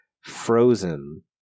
frozen